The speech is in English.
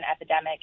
epidemic